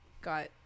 got